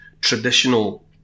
traditional